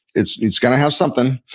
it's it's going to have something.